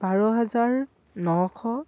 বাৰ হাজাৰ নশ